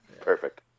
Perfect